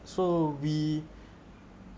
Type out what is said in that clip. so we